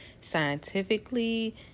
scientifically